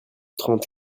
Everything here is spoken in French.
trente